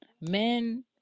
men